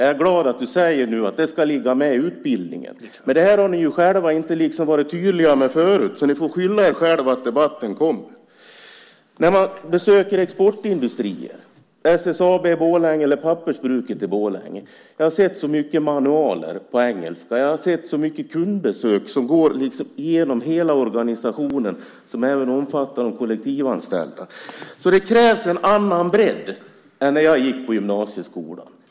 Jag är glad att du nu säger att det ska ligga med i utbildningen, men det har ni ju själva inte varit tydliga med förut. Ni får skylla er själva att debatten kommer. När jag besökt exportindustrier, SSAB i Borlänge eller pappersbruket i Borlänge, har jag sett så mycket manualer på engelska. Jag har sett så mycket kundbesök som går genom hela organisationen, som även omfattar de kollektivanställda. Det krävs en annan bredd än när jag gick på gymnasieskolan.